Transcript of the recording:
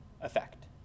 effect